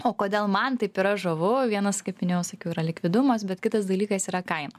o kodėl man taip yra žavu vienas kaip minėjau sakiau yra likvidumas bet kitas dalykas yra kaina